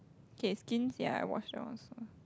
okay Skins ya I watch that one also